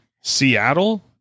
Seattle